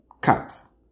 Cups